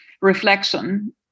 reflection